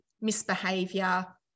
misbehavior